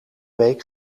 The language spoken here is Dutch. week